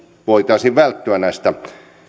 voitaisiin välttyä näiltä